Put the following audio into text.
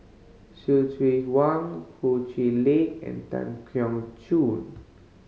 Hsu Tse Wang Ho Chee Lick and Tan Keong Choo